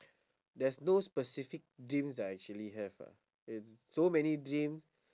there's no specific dreams that I actually have ah is so many dreams